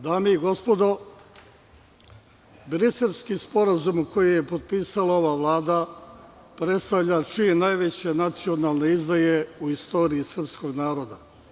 Dame i gospodo, Briselski sporazum, koji je potpisala ova vlada, predstavlja čin najveće nacionalne izdaje u istoriji srpskog naroda.